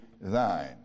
thine